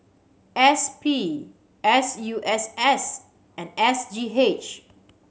S P S U S S and S G H